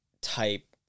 type